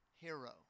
hero